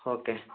okay